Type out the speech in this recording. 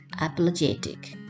apologetic